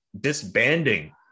disbanding